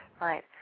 right